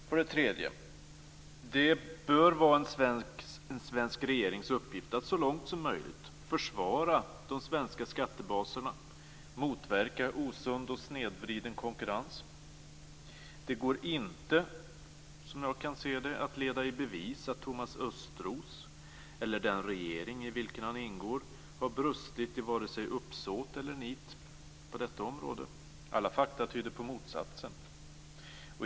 För det tredje: Det bör vara en svensk regerings uppgift att så långt som möjligt försvara de svenska skattebaserna och motverka osund och snedvriden konkurrens. Det går inte, som jag ser det, att leda i bevis att Thomas Östros, eller den regering i vilken han ingår, har brustit i vare sig uppsåt eller nit på detta område. Alla fakta tyder på motsatsen.